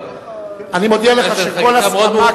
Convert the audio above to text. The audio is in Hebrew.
רק שיש לך חקיקה מאוד מורכבת,